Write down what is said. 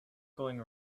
going